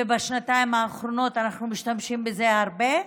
ובשנתיים האחרונות אנחנו משתמשים בזה הרבה,